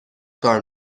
کار